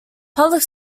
public